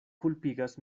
kulpigas